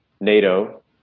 NATO